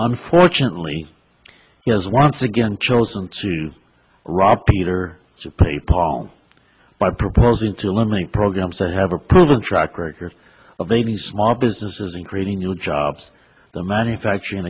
unfortunately he has once again chosen to rob peter to pay paul by proposing to eliminate programs that have a proven track record of aiding small businesses in creating new jobs the manufacturing